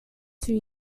two